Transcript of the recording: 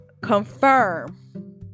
confirm